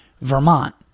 Vermont